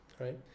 right